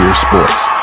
sports.